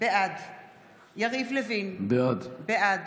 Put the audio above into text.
בעד יריב לוין, בעד